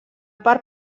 part